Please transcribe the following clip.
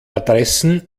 adressen